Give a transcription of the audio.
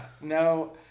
no